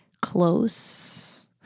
close